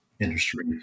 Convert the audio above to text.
industry